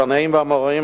התנאים והאמוראים,